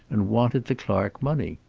and wanted the clark money.